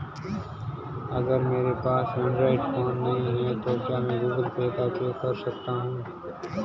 अगर मेरे पास एंड्रॉइड फोन नहीं है तो क्या मैं गूगल पे का उपयोग कर सकता हूं?